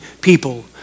people